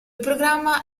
programma